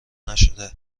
نشده